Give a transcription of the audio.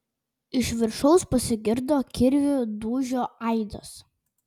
iš viršaus pasigirdo kirvio dūžių aidas